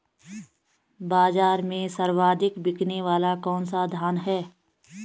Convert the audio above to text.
बाज़ार में सर्वाधिक बिकने वाला कौनसा धान है?